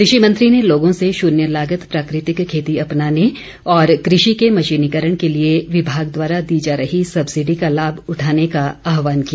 कृषि मंत्री ने लोगों से शून्य लागत प्राकृतिक खेती अपनाने और कृषि के मशीनीकरण के लिए विभाग द्वारा दी जा रही सब्सिडी का लाभ उठाने का आहवान किया